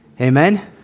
Amen